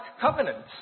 covenants